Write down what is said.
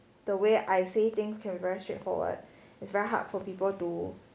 the way I say things can very straightforward it's very hard for people to